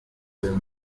will